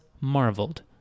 marveled